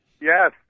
Yes